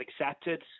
accepted